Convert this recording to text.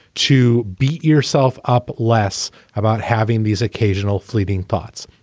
to beat yourself up less about having these occasional fleeting thoughts.